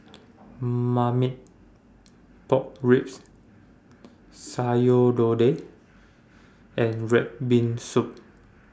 Marmite Pork Ribs Sayur Lodeh and Red Bean Soup